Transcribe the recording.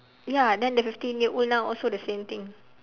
ya then the fifteen year old now also the same thing